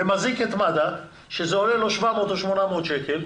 ומזעיק את מד"א, שזה עולה לו 700 או 800 שקל,